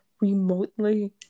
remotely